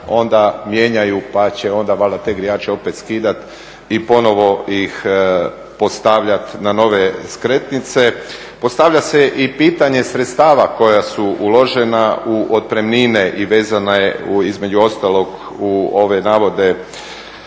onda mijenjaju pa će onda valjda te grijače opet skidati i ponovno ih postavljati na nove skretnice. Postavlja se i pitanje sredstava koja su uložena u otpremnine i vezana je između ostalog u ove navode